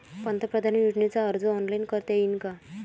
पंतप्रधान योजनेचा अर्ज ऑनलाईन करता येईन का?